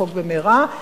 לחוק במהרה.